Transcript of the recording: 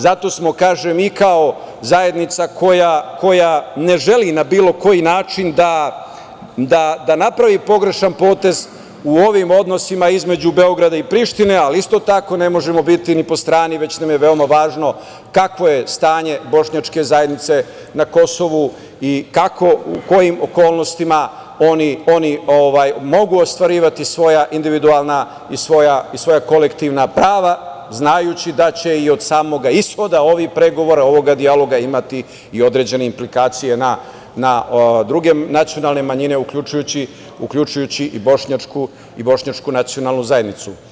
Zato smo, kažem, i kao zajednica koja ne želi na bilo koji način da napravi pogrešan potez u ovim odnosima između Beograda i Prištine, ali isto tako ne možemo biti ni po strani već nam je veoma važno kakvo je stanje bošnjačke zajednice na Kosovu i kako u kojim okolnostima oni mogu ostvarivati svoja individualna i svoja kolektivna prava znajući da će i od samog ishoda ovih pregovora, ovog dijaloga imati i određene implikacije na druge nacionalne manjine uključujući i bošnjačku nacionalnu zajednicu.